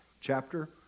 chapter